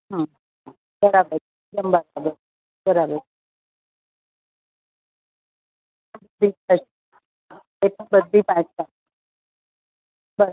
હઁ બરાબર બરાબર બરાબર બરાબર